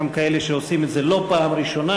גם כאלה שעושים את זה לא פעם ראשונה,